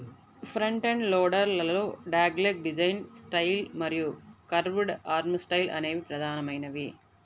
front end loader లలో dogleg design style మరియు curved arm style అనేవి ప్రధానమైనవి